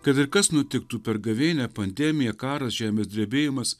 kad ir kas nutiktų per gavėnią pandemija karas žemės drebėjimas